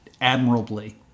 admirably